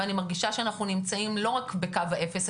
ואני מרגישה שאנחנו לא נמצאים רק בקו אפס,